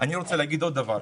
אני רוצה לומר עוד דבר.